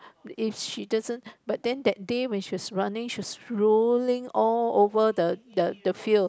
is she doesn't but then that day she was running she was rolling all over the the the field